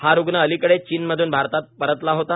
हा रुग्ण अलिकडेच चीनमधून भारतात परतला होता